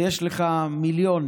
ויש לך מיליונים,